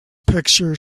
picture